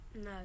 No